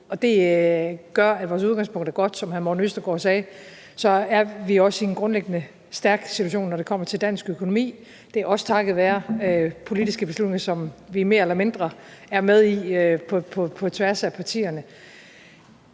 det gør, at vores udgangspunkt er godt, som hr. Morten Østergaard sagde. Så er vi også i en grundlæggende stærk situation, når det kommer til dansk økonomi, og det er også takket være politiske beslutninger, som vi mere eller mindre er med i på tværs af partierne.